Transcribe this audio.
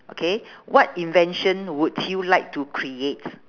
okay what invention would you like to create